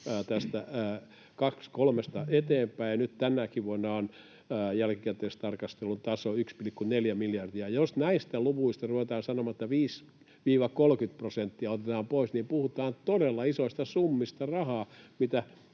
tästä 23:sta eteenpäin. Nyt tänäkin vuonna jälkikäteistarkastelun taso on 1,4 miljardia. Jos näistä luvuista ruvetaan sanomaan, että 5—30 prosenttia otetaan pois, niin puhutaan todella isoista summista rahaa,